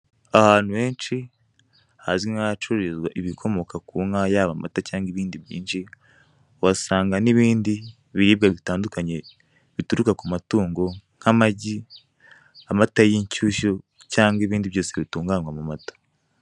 Ahantu henshi hazwi nk'ahacururizwa ibikomoka ku nka yaba amata cyangwa ibindi byinshi, uhasanga n'ibindi biribwa bitandukanye bituruka ku matungo nk'amagi, amata yinshyushyu cyangwa ibindi byose bitunganywa mu mata.